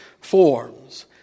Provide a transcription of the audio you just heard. forms